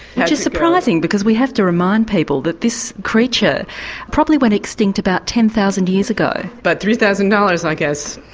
which is surprising, because we have to remind people that this creature probably went extinct about ten thousand years ago. but three thousand dollars, i guess,